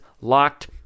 locked